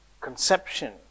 conception